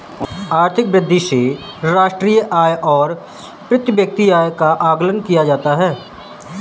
आर्थिक वृद्धि से राष्ट्रीय आय और प्रति व्यक्ति आय का आकलन किया जाता है